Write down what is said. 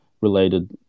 related